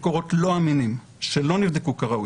מקורות לא אמינים שלא נבדקו כראוי.